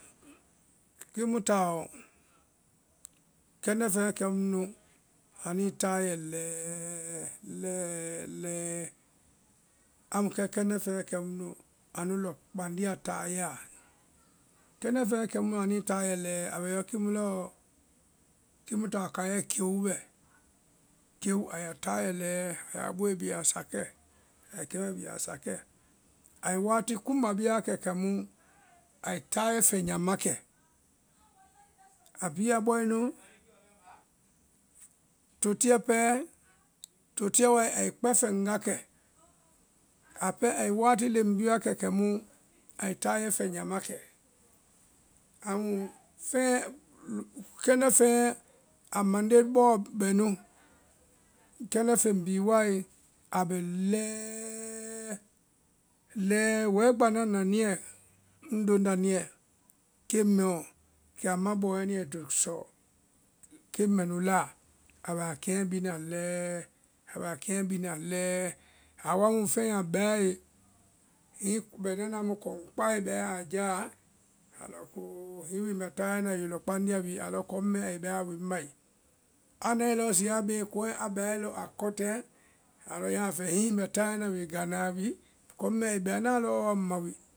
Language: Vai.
kiimu taɔ, kɛndɛ feŋɛ kɛ munu anuĩ tayɛɛ lɛɛ, lɛɛ, lɛɛ, amu kɛ kɛndɛ feŋ kɛ mu nu anu lɔ kpandia tayɛa. Kɛndɛ feŋɛ kɛmu anuĩ tayɛa lɛɛ, a bɛ yɔ kiimu lɔɔ, kiimu taɔ kaiɛ kéwu bɛ, kéwu ai tayɛ lɛɛ, a ya booe bi a ya sakɛ, ai kɛ mɛɛ bi a ya sakɛ, ai waati kuŋba ma wa kɛ kɛmu ai tayɛ fɛnyama kɛ. Á bhii a bɔe nu, totiɛ pɛɛ, totiɛ wae ai kpɛfɛŋ wa kɛ, a pɛɛ ai wati léŋ bi wa kɛ kɛmu ai tayɛ fɛnyama kɛ. amuu fɛɛ- kɛndɛ fɛɛ a msnde bɔɔ bɛ nu, kɛndɛ feŋ bhii wae a bɛ lɛɛɛ, lɛɛ wɛ gba na na níɛ, ŋloŋ nda níɛ, keŋ mɛɔ, kɛ a ma bɔ wɛ níɛ ai to sɔ keŋ mɛnu laa, a bɛ a keɛ bina lɛɛ, a bɛ a keɛ bina lɛɛ, a wa mu fɛŋɛ a bae, hiŋi a bɛ nana amu kɔŋ kpae a bae a jáa, kɛ a fɔ a lɔ kpoo hiŋi wi ŋ bɛ tayɛ wi lɔkpandea wi alɔ kɔŋ mɛɛ ai bɛa wi ŋ ma ee, a nae lɔ zii a bée kɔŋɛ a bae lɔ a kɔtɛɛ, alɔ yaa fɛɛ hiŋi wi ŋ bɛ tayɛ na gánáa wi kɔŋ ai bɛa na lɔɔ wa ŋma wi.